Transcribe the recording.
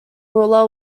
ruler